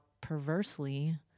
perversely